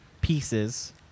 pieces